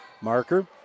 Marker